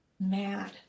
mad